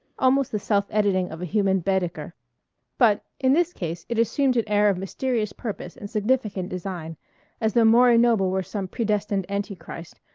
almost the self-editing of a human baedeker but, in this case, it assumed an air of mysterious purpose and significant design as though maury noble were some predestined anti-christ,